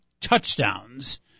touchdowns